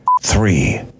Three